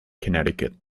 connecticut